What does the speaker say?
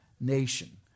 nation